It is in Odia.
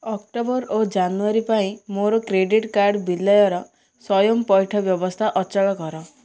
ଅକ୍ଟୋବର ଓ ଜାନୁୟାରୀ ପାଇଁ ମୋର କ୍ରେଡ଼ିଟ୍ କାର୍ଡ଼ ବିଲୟର ସ୍ଵୟଂ ପଇଠ ବ୍ୟବସ୍ଥା ଅଚଳ କର